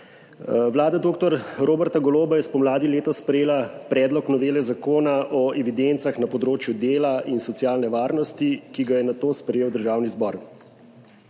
Vlada dr. Roberta Goloba je spomladi letos sprejela Predlog novele Zakona o evidencah na področju dela in socialne varnosti, ki ga je nato sprejel Državni zbor.